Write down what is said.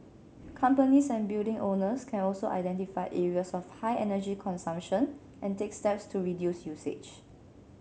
companies and building owners can also identify areas of high energy consumption and take steps to reduce usage